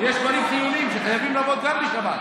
יש דברים כלליים שצריכים לעבוד גם בשבת.